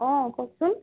অঁ কওকচোন